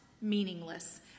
meaningless